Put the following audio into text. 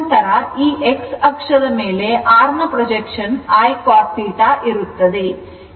ನಂತರ ಈ x ಅಕ್ಷದ ಮೇಲೆ R ನ ಪ್ರೊಜೆಕ್ಷನ್ I cos θ ಇರುತ್ತದೆ